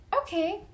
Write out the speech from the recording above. okay